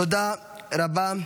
תודה רבה.